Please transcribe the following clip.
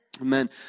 Amen